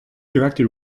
directed